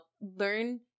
learn